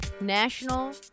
national